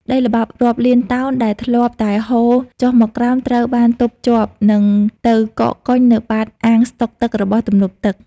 ដីល្បាប់រាប់លានតោនដែលធ្លាប់តែហូរចុះមកក្រោម ត្រូវបានទប់ជាប់ និងទៅកកកុញនៅបាតអាងស្តុកទឹករបស់ទំនប់ទឹក។